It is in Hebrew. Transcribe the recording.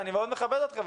ואני מאוד מכבד אתכם,